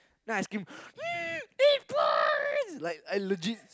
then I scream mm eight points like I legit